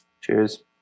Cheers